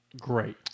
great